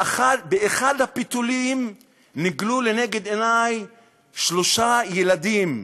באחד הפיתולים נגלו לנגד עיני שלושה ילדים,